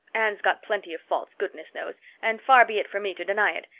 anne's got plenty of faults, goodness knows, and far be it from me to deny it.